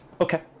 Okay